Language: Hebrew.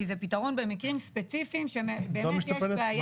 כי זה פתרון במקרים ספציפיים שיש בעיה.